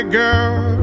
girl